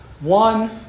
One